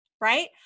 right